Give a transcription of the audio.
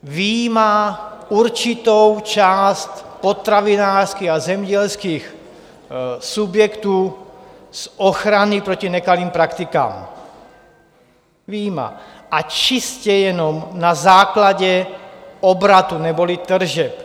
Vyjímá určitou část potravinářských a zemědělských subjektů z ochrany proti nekalým praktikám, vyjímá, a čistě jenom na základě obratu neboli tržeb.